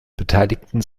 beteiligten